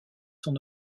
son